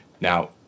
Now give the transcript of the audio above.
Now